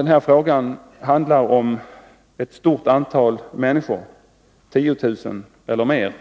Den här frågan handlar om ett stort antal människor, 10 000 eller fler,